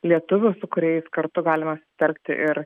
lietuvių su kuriais kartu galima verkti ir